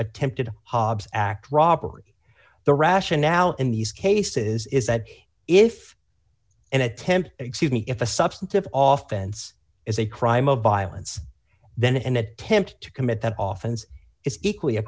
attempted act robbery the rationale in these cases is that if and attempt excuse me if a substantive oftens is a crime of violence then an attempt to commit that often is equally a